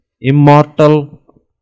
immortal